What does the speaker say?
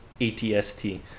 ATST